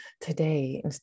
today